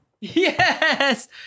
yes